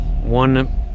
One